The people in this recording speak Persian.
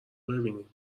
ببینیم